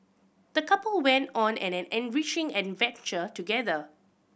the couple went on an enriching adventure together